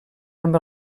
amb